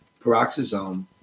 peroxisome